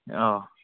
ꯑꯥ